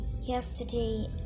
Yesterday